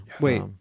wait